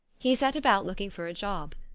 he set about looking for a job.